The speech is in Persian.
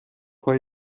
های